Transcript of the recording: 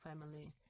family